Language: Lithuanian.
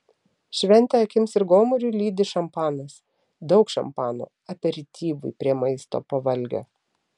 šventę akims ir gomuriui lydi šampanas daug šampano aperityvui prie maisto po valgio